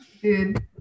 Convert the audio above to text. dude